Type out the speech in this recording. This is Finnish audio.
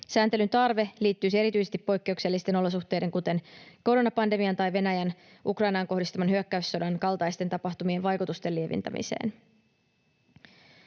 Sääntelyn tarve liittyisi erityisesti poikkeuksellisten olosuhteiden kuten koronapandemian tai Venäjän Ukrainaan kohdistaman hyökkäyssodan kaltaisten tapahtumien vaikutusten lieventämiseen.